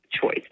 choice